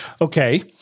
Okay